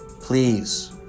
please